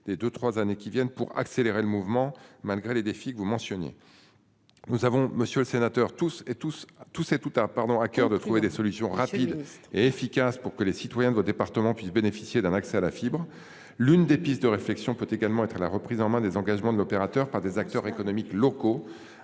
des deux 3 années qui viennent pour accélérer le mouvement malgré les défis que vous mentionnez. Nous avons monsieur le sénateur, tous ces tous tous ces tout hein pardon à coeur de trouver des solutions rapides et efficaces pour que les citoyens de département puissent bénéficier d'un accès à la fibre, l'une des pistes de réflexion peut également être la reprise en main des engagements de l'opérateur par des acteurs économiques locaux